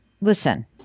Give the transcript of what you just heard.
listen